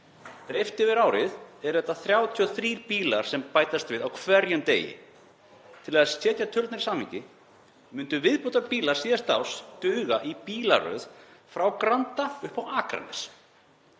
yfir árið eru þetta 33 bílar sem bætast við á hverjum degi. Til þess að setja tölurnar í samhengi myndu viðbótarbílar síðasta árs duga í bílaröð frá Granda upp á Akranes.